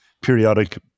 periodic